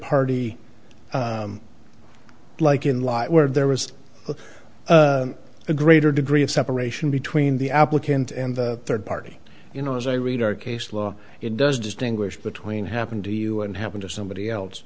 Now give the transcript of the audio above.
party like in life where there was a greater degree of separation between the applicant and the third party you know as i read our case law it does distinguish between happened to you and happen to somebody else